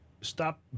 stop